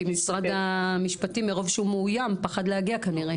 כי משרד המשפטים מרוב שהוא מאוים פחד להגיע כנראה.